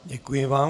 Děkuji vám.